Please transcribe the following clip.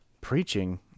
preaching